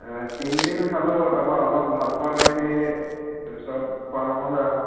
তিন দিন খালোঁ তাৰ পৰা অলপ ভাল পোৱা দেখি তাৰ পিছত খোৱা নহ'লে আৰু